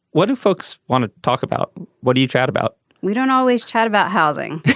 what do folks want to talk about. what do you chat about we don't always chat about housing.